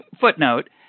footnote